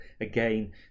Again